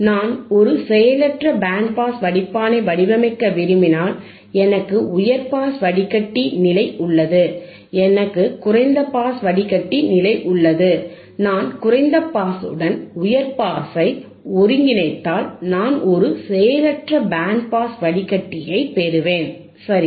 நான் ஒரு செயலற்ற பேண்ட் பாஸ் வடிப்பானை வடிவமைக்க விரும்பினால் எனக்கு உயர் பாஸ் வடிகட்டி நிலை உள்ளது எனக்கு குறைந்த பாஸ் வடிகட்டி நிலை உள்ளது நான் குறைந்த பாஸுடன் உயர் பாஸை ஒருங்கிணைத்தால் நான் ஒரு செயலற்ற பேண்ட் பாஸ் வடிகட்டிஐ பெறுவேன் சரி